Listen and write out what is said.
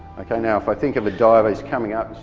okay now if i think of a diver who's coming up,